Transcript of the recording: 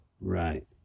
Right